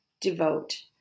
Devote